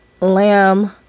lamb